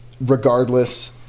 Regardless